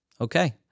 Okay